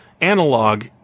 analog